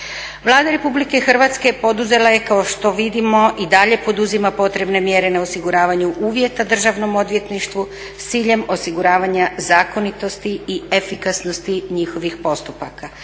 Vlada Republike Hrvatske poduzela je kao što vidimo i dalje poduzima potrebne mjere na osiguravanju uvjeta državnom odvjetništvu s ciljem osiguravanja zakonitosti i efikasnosti njihovih postupaka.